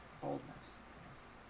boldness